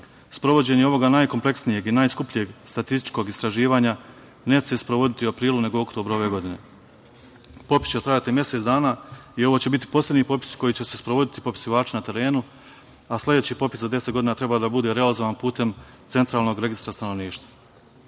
meseci. Sprovođenje ovog najkompleksnijeg i najskupljeg statističkog istraživanja neće se sprovoditi u aprilu, nego u oktobru ove godine. Popis će trajati mesec dana i ovo će biti poslednji popis koji će sprovoditi popisivači na terenu, a sledeći popis za 10 godina treba da bude realizovan putem Centralnog registra stanovništva. Popisom